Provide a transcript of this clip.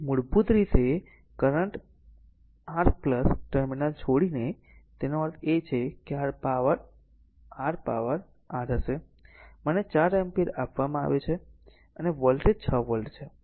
તેથી મૂળભૂત રીતે કરંટ r ટર્મિનલ છોડીને તેનો અર્થ છે કે r પાવર પાવર r હશે મને 4 એમ્પીયર આપવામાં આવે છે અને વોલ્ટેજ 6 વોલ્ટ છે